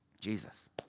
Jesus